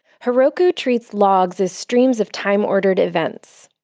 heroku treats logs as streams of time-ordered events.